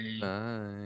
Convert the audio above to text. Bye